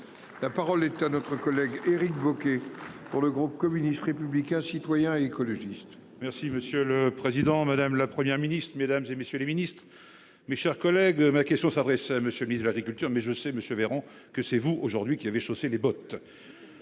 La parole est à notre collègue Éric. Pour le groupe communiste, républicain, citoyen et écologiste. Merci monsieur le président, madame, la Première ministre, mesdames et messieurs les ministres. Mes chers collègues, ma question s'adresse à monsieur le ministre de l'Agriculture, mais je sais monsieur Véran que c'est vous, aujourd'hui qui avait chaussé les bottes.